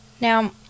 Now